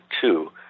two